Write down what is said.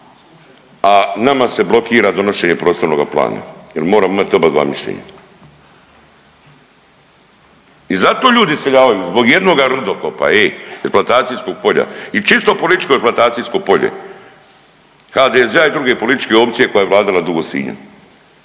a nama se blokira donošenje prostornoga plana jel moramo imat obadva mišljenja. I zato ljudi iseljavaju zbog jednoga rudokopa, ej eksploatacijskog polja i čisto političko eksploatacijsko polje HDZ-a i druge političke opcije koja je vladala dugo Sinjom,